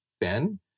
Ben